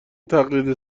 تقلید